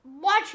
watch